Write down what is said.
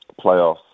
playoffs